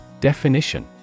Definition